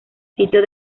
sitio